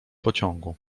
pociągu